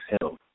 health